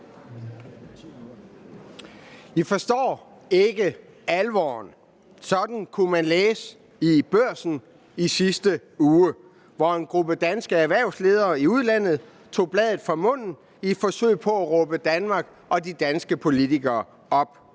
Vi forstår ikke alvoren. Sådan kunne man læse i Børsen i sidste uge, hvor en gruppe danske erhvervsledere i udlandet tog bladet fra munden i et forsøg på at råbe Danmark og de danske politikere op.